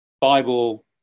Bible